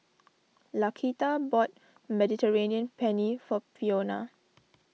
Laquita bought Mediterranean Penne for Fiona